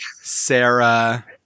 Sarah